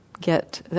get